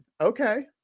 Okay